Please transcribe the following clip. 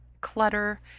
clutter